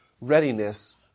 readiness